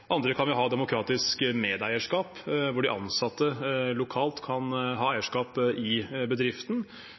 Andre kan ha demokratisk medeierskap, hvor de ansatte lokalt kan ha eierskap i bedriften.